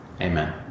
Amen